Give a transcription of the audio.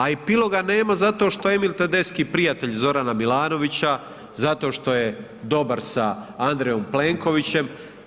A epiloga nema zato što Emil Tedeschi prijatelj Zorana Milanovića, zato što je dobar sa Andrejom Plenkovićem.